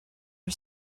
are